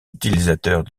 utilisateurs